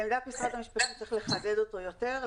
לעמדת משרד המשפטים צריך לחדד אותו יותר,